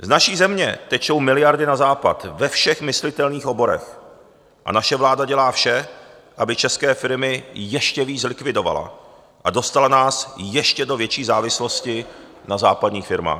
Z naší země tečou miliardy na Západ ve všech myslitelných oborech a naše vláda dělá vše, aby české firmy ještě víc zlikvidovala a dostala nás ještě do větší závislosti na západních firmách.